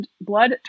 blood